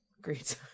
great